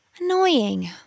annoying